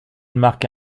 marque